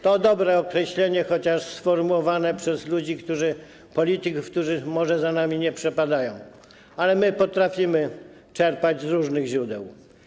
To dobre określenie, chociaż sformułowane przez ludzi, polityków, którzy może za nami nie przepadają, ale my potrafimy czerpać z różnych źródeł.